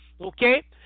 Okay